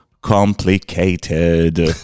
complicated